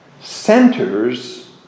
centers